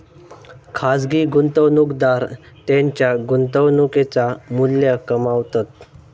खाजगी गुंतवणूकदार त्येंच्या गुंतवणुकेचा मू्ल्य कमावतत